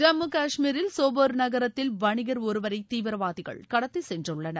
ஜம்மு காஷ்மீரில் சோபோர் நகரத்தில் வணிகர் ஒருவரை தீவிரவாதிகள் கடத்தி சென்றுள்ளனர்